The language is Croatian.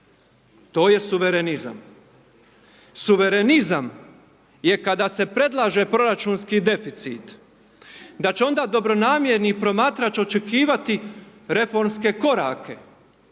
To je suvremenizam. Suvremenizam je kada se predlaže proračunski deficit da će onda dobronamjerni promatrač očekivati reformske korake,